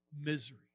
misery